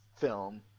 film